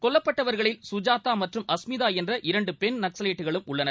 கொல்லப்பட்டவர்களில் கஜாதா மற்றும் அஸ்மிதா என்ற இரண்டு பெண் நக்சலைட்டுகளும் உள்ளனர்